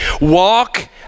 Walk